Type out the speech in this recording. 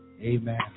Amen